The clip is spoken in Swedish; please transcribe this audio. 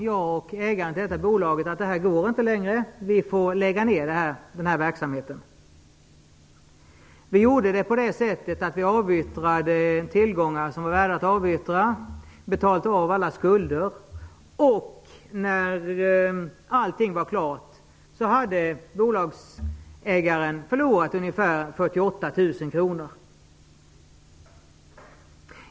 Jag och ägaren till bolaget bestämde att det inte längre gick att upprätthålla verksamheten, utan vi måste lägga ned denna. Vi avyttrade tillgångar som var värda att avyttra och betalade av alla skulder. När allt detta var klart hade bolagsägaren förlorat ungefär 48 000 kr.